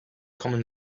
common